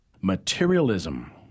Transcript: materialism